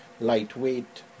Lightweight